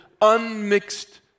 unmixed